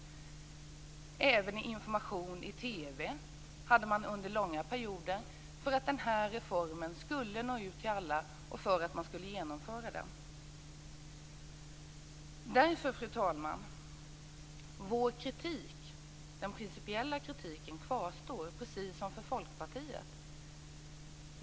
Man hade även information i TV under långa perioder för att reformen skulle nå ut till alla och för att man skulle genomföra den. Därför, fru talman, kvarstår den principiella kritiken, precis som för Folkpartiet.